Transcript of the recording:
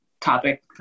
topic